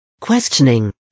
questioning